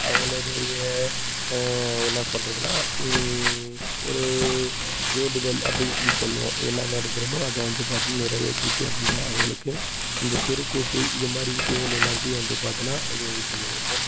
அவர்களுடைய என்ன சொல்றதுன்னால் ஒரு வேண்டுதல் அப்படினு சொல்லி சொல்லுவோம் என்னை நினைக்கிறமோ அதை வந்து பார்த்திங்கனா நிறைவேத்திருச்சு அப்படின்னா அவர்களுக்கு இந்த தெருக்கூத்து இது மாதிரி விஷயங்கள் எல்லாத்தையும் வந்து பார்த்திங்கனா இது பண்ணி வைப்போம்